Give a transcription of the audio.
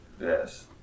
Yes